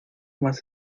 más